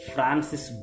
Francis